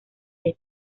dead